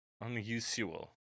unusual